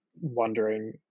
wondering